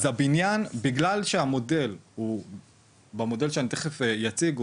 אז הבניין בגלל שהמודל הוא במודל שאני תיכף אציג פה,